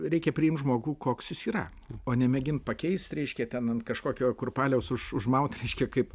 reikia priimt žmogų koks jis yra o nemėgint pakeist reiškia ten ant kažkokio kurpaliaus už užmaut reiškia kaip